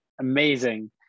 amazing